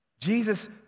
Jesus